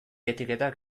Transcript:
etiketak